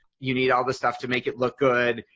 you need all this stuff to make it look good.